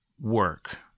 work